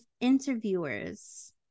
interviewers